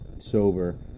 sober